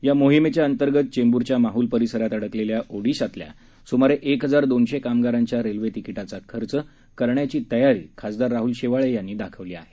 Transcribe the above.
या मोहिमेच्या अंतर्गत चेंबूरच्या माहुल परिसरात अडकलेल्या ओडीशातल्या सुमारे एक हजार दोनशे कामगारांच्या रेल्वे तिकीटांचा खर्च करण्याची तयारी खासदार राहुल शेवाळे यांनी दाखवली आहे